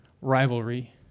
rivalry